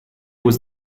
was